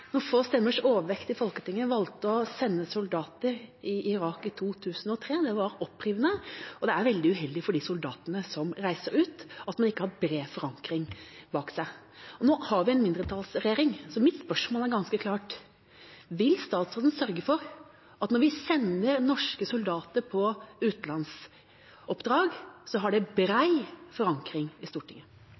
noen få stemmers overvekt i Folketinget valgte å sende soldater til Irak i 2003 – det var opprivende – og det er veldig uheldig for de soldatene som reiser ut, at man ikke har en bred forankring bak seg. Nå har vi en mindretallsregjering, og mitt spørsmål er ganske klart: Vil statsråden sørge for at når vi sender norske soldater på utenlandsoppdrag, så har det bred forankring i Stortinget?